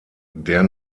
der